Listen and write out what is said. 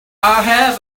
have